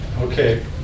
Okay